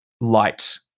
light